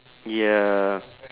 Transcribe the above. ya